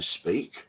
speak